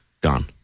gone